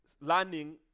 learning